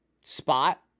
spot